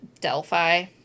delphi